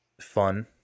fun